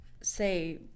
say